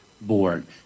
Board